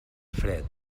fred